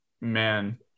man